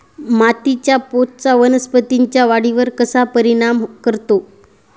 मातीच्या पोतचा वनस्पतींच्या वाढीवर कसा परिणाम करतो?